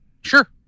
Sure